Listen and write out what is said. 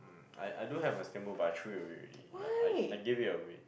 I I do have my but I throw it away already like I I give it away